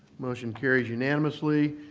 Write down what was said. motion carries unanimously.